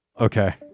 Okay